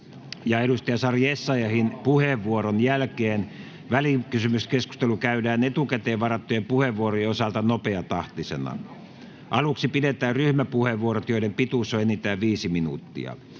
ja Sari Essayahin puheenvuoron jälkeen välikysymyskeskustelu käydään etukäteen varattujen puheenvuorojen osalta nopeatahtisena. Aluksi pidetään ryhmäpuheenvuorot, joiden pituus on enintään viisi minuuttia.